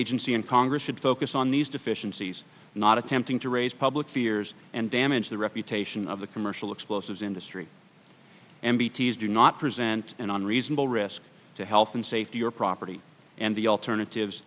agency and congress should focus on these deficiencies not attempting to raise public fears and damage the reputation of the commercial explosives industry m b t's do not present an unreasonable risk to health and safety or property and the alternatives